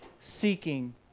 seeking